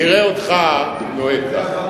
נראה אותך נוהג כך.